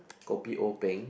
kopi O peng